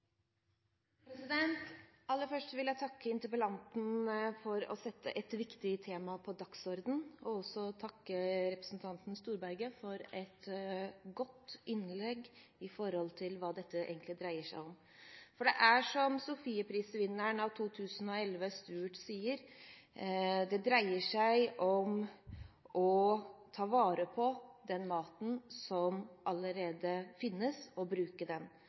måte. Aller først vil jeg takke interpellanten for å sette et viktig tema på dagsordenen. Jeg vil også takke representanten Storberget for et godt innlegg med hensyn til hva dette egentlig dreier seg om. For det er som Sofieprisvinneren av 2011, Stuart, sier: Det dreier seg om å ta vare på den maten som allerede finnes, og bruke den.